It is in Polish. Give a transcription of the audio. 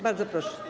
Bardzo proszę.